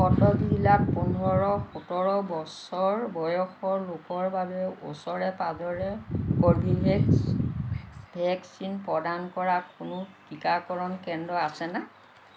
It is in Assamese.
কটক জিলাত পোন্ধৰ সোতৰ বছৰ বয়সৰ লোকৰ বাবে ওচৰে পাঁজৰে কৰ্বিভেক্স ভেকচিন প্ৰদান কৰা কোনো টীকাকৰণ কেন্দ্ৰ আছেনে